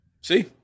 See